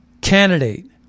candidate